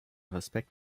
respekt